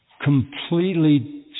completely